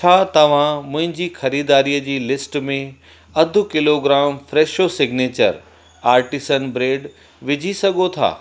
छा तव्हां मुंहिंजी ख़रीदारीअ जी लिस्ट में अधु kilogram Fresho signature artisan bread विझी सघो था